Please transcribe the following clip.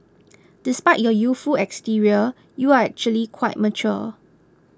despite your youthful exterior you're actually quite mature